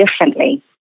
differently